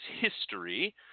history